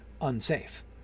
unsafe